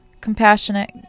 compassionate